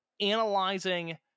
analyzing